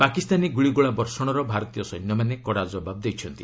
ପାକିସ୍ତାନୀ ଗୁଳିଗୋଳା ବର୍ଷଣର ଭାରତୀୟ ସୈନ୍ୟମାନେ କଡ଼ା ଜବାବ ଦେଇଛନ୍ତି